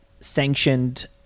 sanctioned